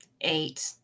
Eight